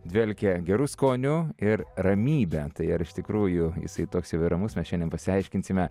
dvelkia geru skoniu ir ramybe tai ar iš tikrųjų jisai toks jau ir ramus mes šiandien pasiaiškinsime